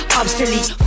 obsolete